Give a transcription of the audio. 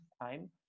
time